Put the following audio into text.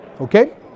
okay